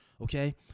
okay